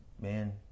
man